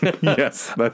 Yes